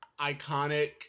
iconic